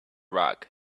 rug